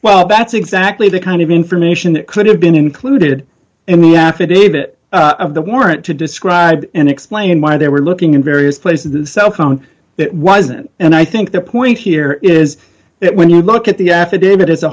well that's exactly the kind of information that could have been included in the affidavit of the warrant to describe and explain why they were looking in various places the cell phone it wasn't and i think the point here is that when you look at the affidavit